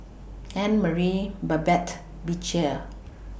Annmarie Babette and Beecher